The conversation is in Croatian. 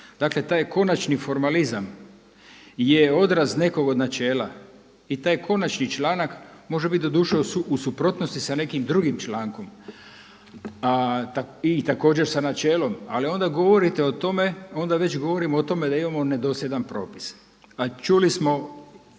Dakle, taj konačni formalizam je odraz nekog od načela. I taj konačni članak može bit doduše u suprotnosti sa nekim drugim člankom i također sa načelom. Ali onda govorite o tome, onda već govorimo o tome da imamo nedosljedan propis, a čuli smo